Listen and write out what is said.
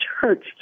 church